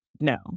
no